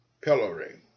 pillory